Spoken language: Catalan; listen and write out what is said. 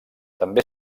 també